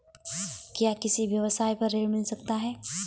क्या किसी व्यवसाय पर ऋण मिल सकता है?